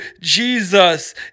Jesus